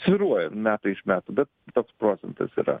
svyruoja metai iš metų bet toks procentas yra